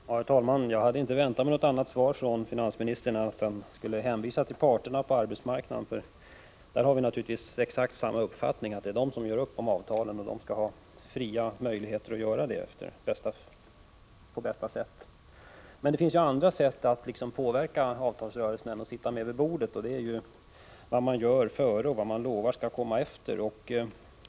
Herr talman! Jag hade inte väntat mig något annat svar från finansministern än att han skulle hänvisa till parterna på arbetsmarknaden. Vi har naturligtvis samma uppfattning att det är de som gör upp om avtalen och att de skall ha fria möjligheter att göra det på bästa sätt. Men det finns andra sätt att påverka avtalsrörelsen än att sitta med vid bordet, och det är vad man gör före och vad man lovar skall komma efter.